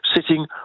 sitting